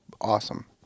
awesome